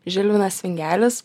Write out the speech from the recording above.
žilvinas vingelis